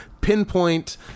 pinpoint